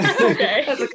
Okay